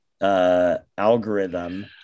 algorithm